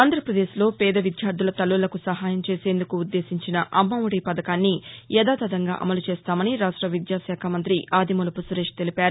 ఆంధ్రప్రదేశ్లో పేద విద్యార్థుల తల్లులకు సహాయం అందచేసేందుకు ఉద్దేశించిన అమ్మఒడి పథకాన్ని యథాతథంగా అమలు చేస్తామని రాష్ట విద్యాశాఖ మంతి ఆదిమూలపు సురేష్ తెలిపారు